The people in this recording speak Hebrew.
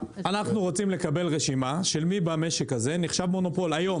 אנחנו רוצים לקבל רשימה של מי במשק הזה נחשב מונופול היום,